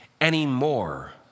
anymore